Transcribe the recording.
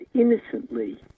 innocently